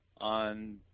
on